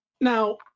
Now